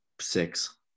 Six